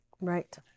right